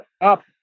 up